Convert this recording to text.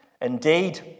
Indeed